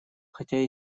хотя